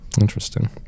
Interesting